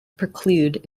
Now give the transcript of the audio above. preclude